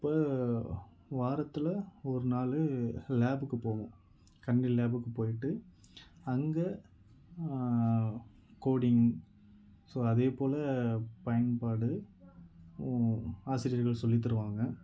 அப்போ வாரத்தில் ஒரு நாள் லேபுக்கு போகணும் கணினி லேபுக்கு போயிட்டு அங்கே கோடிங் ஸோ அதே போல பயன்பாடு ஆசிரியர்கள் சொல்லி தருவாங்க